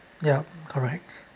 yup correct